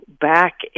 back